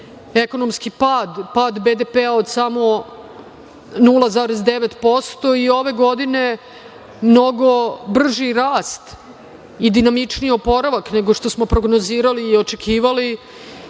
ekonomski pad BDP-a od samo 0,9% i ove godine mnogo brži rast i dinamičniji oporavak nego što smo prognozirali i očekivali